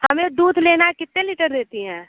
हमें दूध लेना है कितने लीटर देती हैं